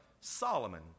Solomon